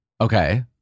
Okay